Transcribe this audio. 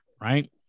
right